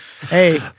Hey